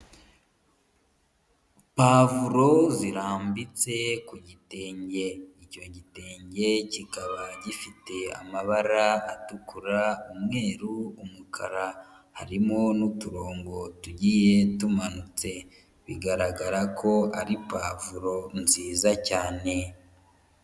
Pavuro zirambitse ku gitenge, icyo gitenge kikaba gifite amabara atukura, umweru, umukara harimo n'uturongo tugiye tumanutse, bigaragara ko ari pavuro nziza cyane.